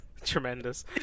Tremendous